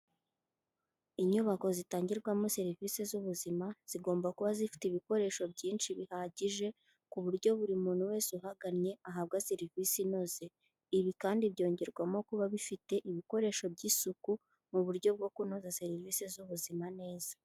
Inyubako zitangirwamo serivisi z'ubuzima zigomba kuba zifite ibikoresho byinshi bihagije ku buryo buri muntu wese uhagannye ahabwa serivisi inoze, ibi kandi byongerwamo kuba bifite ibikoresho by'isuku mu buryo bwo kunoza serivisi z'ubuzima neza.